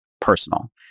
personal